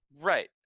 Right